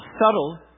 subtle